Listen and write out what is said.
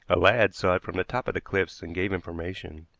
a lad saw it from the top of the cliffs and gave information.